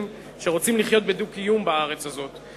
שרוצים לחיות בדו-קיום בארץ הזאת,